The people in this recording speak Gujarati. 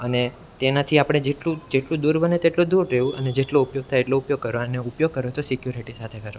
અને તેનાથી આપણે જેટલું જેટલું દૂર બને તેટલું દૂર રહેવું અને જેટલો ઉપયોગ થાય એટલો ઉપયોગ કરો અને ઉપયોગ કરો તો સિક્યોરિટી સાથે કરો